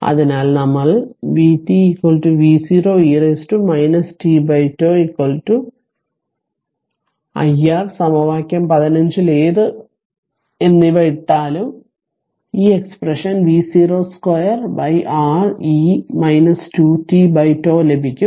അതിനാൽ നമ്മൾ vt v0 e t τ iR സമവാക്യം 15 ലെതു എന്നിവ ഇട്ടാൽ ഈ expression v0 2 R e 2 t τ ലഭിക്കും